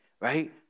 right